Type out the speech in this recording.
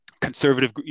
conservative